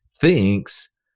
thinks